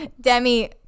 Demi